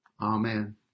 Amen